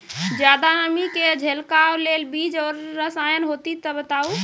ज्यादा नमी के झेलवाक लेल बीज आर रसायन होति तऽ बताऊ?